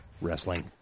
wrestling